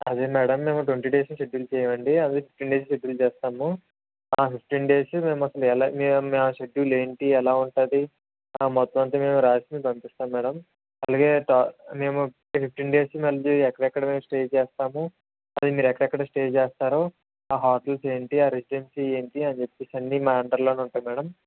అదే మేడం మేము twenty days schedule చేయం అండి అందులో ఫిఫ్టీన్ డేస్ షెడ్యూల్ చేస్తాము ఆ ఫిఫ్టీన్ డేస్ మేము అసలు ఎలా మా షెడ్యూల్ ఏంటి ఎలా ఉంటుంది మొత్తం అంతా మేము వ్రాసి మీకు పంపిస్తాను మేడం అలాగే మేము ఫిఫ్టీన్ డేస్ మళ్ళీ ఎక్కడ ఎక్కడ స్టే చేస్తాము అది మీరు ఎక్కడెక్కడ స్టే చేస్తారో ఆ హోటల్స్ ఏంటి ఆ రెసిడెన్సి ఏంటి అని చెప్పేసి అన్ని మా అండర్లోనే ఉంటాయి మేడం